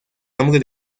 nombre